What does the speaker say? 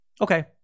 Okay